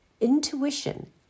intuition